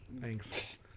Thanks